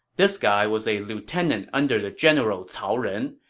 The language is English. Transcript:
this guy was a lieutenant under the general cao ren.